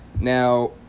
Now